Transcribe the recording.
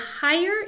higher